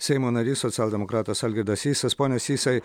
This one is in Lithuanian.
seimo narys socialdemokratas algirdas sysas pone sysai